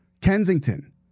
Kensington